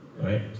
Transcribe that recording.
Right